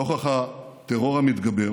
נוכח הטרור המתגבר